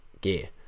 gear